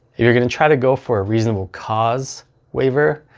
if you're going to try to go for a reasonable cause waiver,